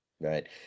Right